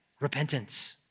Repentance